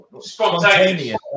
spontaneous